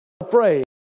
afraid